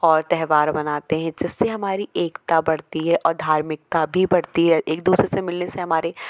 और त्यौहार मनाते हैं जिससे हमारी एकता बढ़ती है और धार्मिकता भी बढ़ती है एक दूसरे से मिलने से हमारे